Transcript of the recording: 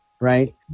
right